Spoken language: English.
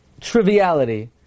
triviality